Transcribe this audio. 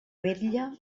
vetlla